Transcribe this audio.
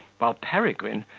while peregrine,